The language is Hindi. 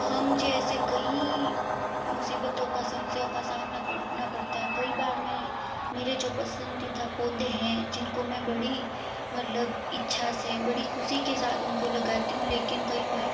हाँ मुझे ऐसे कईं मुसीबतों का समस्याओं का सामना करना पड़ता है कई बार मैं मेरे जो पसंदीदा पौधे हैं जिनको मैं बड़ी मतलब इच्छा से बड़ी खुशी के साथ उनको लगाती हूँ लेकिन कई बार